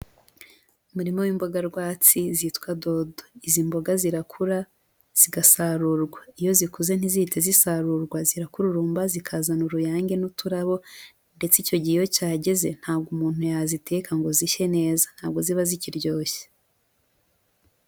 Umurima w'imboga rwatsi zitwa dodo, izi mboga zirakura zigasarurwa, iyo zikuze ntizihite zisarurwa zirakururumba zikazana uruyange n'uturabo, ndetse icyo gihe iyo cyageze ntabwo umuntu yaziteka ngo zishye neza, ntabwo ziba zikiryoshye.